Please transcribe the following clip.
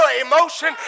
emotion